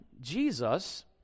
Jesus